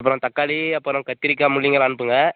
அப்புறம் தக்காளி அப்புறம் கத்திரிக்காய் முள்ளங்கிலாம் அனுப்புங்கள்